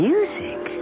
Music